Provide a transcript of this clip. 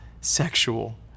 sexual